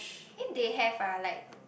eh they have ah like